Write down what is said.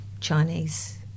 Chinese